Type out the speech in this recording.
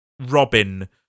Robin